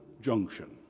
junction